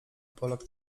polak